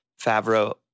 Favreau